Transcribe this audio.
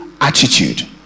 attitude